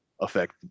affect